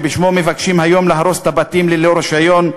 שבשמו מבקשים היום להרוס את הבתים ללא רישיון,